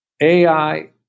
AI